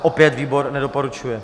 Opět výbor nedoporučuje.